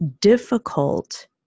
difficult